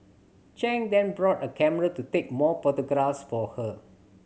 Chang then bought a camera to take more photographs for her